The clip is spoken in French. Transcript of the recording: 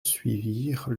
suivirent